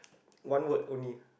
one word only